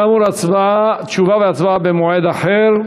כאמור, תשובה והצבעה במועד אחר.